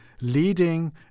leading